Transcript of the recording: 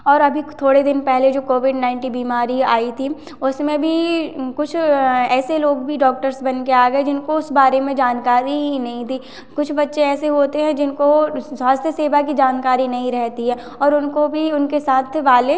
और अभी थोड़े दिन पहले जो कोविड नाइनटीन बीमारी आई थी उसमें भी कुछ ऐसे लोग भी डॉक्टर्स बन कर आ गए जिनको इस बारे में जानकारी ही नहीं थी कुछ बच्चे ऐसे होते हैं जिनको स्वास्थ्य सेवा की जानकारी नहीं रहती है और उनको भी उनके साथ वाले